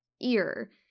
ear